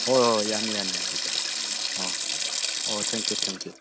ꯍꯣꯏ ꯍꯣꯏ ꯍꯣꯏ ꯌꯥꯅꯤ ꯌꯥꯅꯤ ꯌꯥꯅꯤ ꯑꯣꯖꯥ ꯑꯣ ꯑꯣ ꯊꯦꯡꯛ ꯌꯨ ꯊꯦꯡꯛ ꯌꯨ